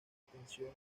atención